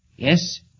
Yes